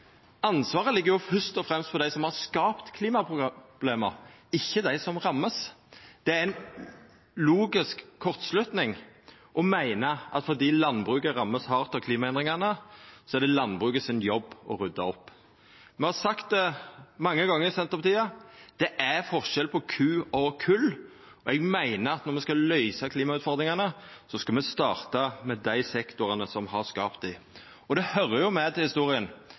Ansvaret ligg fyrst og fremst på dei som har skapt klimaproblema, ikkje dei som vert ramma. Det er ei logisk kortslutting å meina at fordi landbruket vert ramma hardt av klimaendringane, så er det landbruket sin jobb å rydda opp. Me har sagt det mange gonger i Senterpartiet: Det er forskjell på ku og kol. Eg meiner at når me skal løysa klimautfordringane, skal me starta med dei sektorane som har skapt dei. Og det høyrer jo med til historia